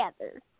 together